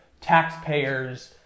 taxpayers